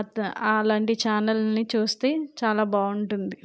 అత అలాంటి ఛానల్ని చూస్తే చాలా బాగుంటుంది